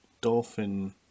Dolphin